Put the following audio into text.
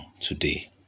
today